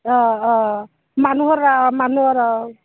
অঁ অঁ মানুহৰ ৰাস মানুহৰ অঁ